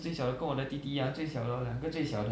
t me